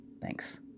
Thanks